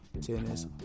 tennis